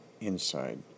inside